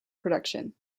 production